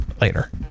later